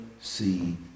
see